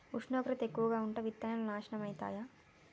ఉష్ణోగ్రత ఎక్కువగా ఉంటే విత్తనాలు నాశనం ఐతయా?